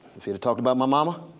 if he'd have talked about my mama,